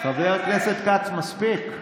חבר הכנסת כץ, מספיק.